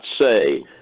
say